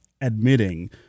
admitting